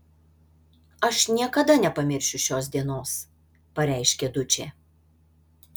aš niekada nepamiršiu šios dienos pareiškė dučė